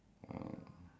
!huh! how about it